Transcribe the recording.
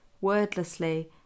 Wordlessly